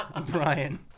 Brian